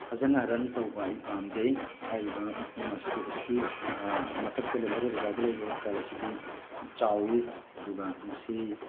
ꯐꯖꯅ ꯔꯟ ꯇꯧꯕ ꯑꯩ ꯄꯥꯝꯖꯩ ꯍꯥꯏꯔꯤꯕ ꯃꯐꯝ ꯑꯁꯤꯗꯤ ꯍꯧꯖꯤꯛꯀꯤ ꯃꯊꯛꯇ ꯃꯣꯔꯦ ꯕꯖꯥꯔꯗ ꯂꯩꯔꯤꯕ ꯍꯣꯁꯄꯤꯇꯥꯜ ꯑꯁꯤꯗꯤ ꯆꯥꯎꯏ ꯑꯗꯨꯒ ꯃꯁꯤ